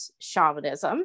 shamanism